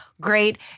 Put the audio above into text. great